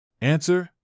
Answer